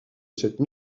cette